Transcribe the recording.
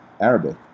Arabic